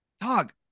Dog